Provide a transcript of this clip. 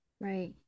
right